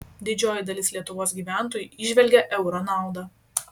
didžioji dalis lietuvos gyventojų įžvelgia euro naudą